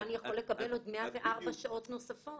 גן יכול לקבל עוד 104 שעות נוספות.